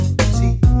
See